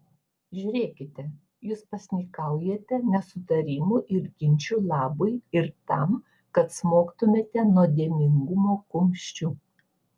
žiūrėkite jūs pasninkaujate nesutarimų ir ginčų labui ir tam kad smogtumėte nuodėmingumo kumščiu